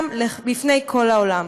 גם לפני כל העולם.